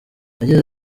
yagize